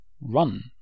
run